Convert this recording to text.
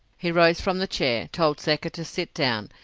he rose from the chair, told secker to sit down,